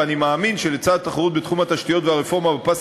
ואני מאמין שלצד התחרות בתחום התשתיות והרפורמה בפס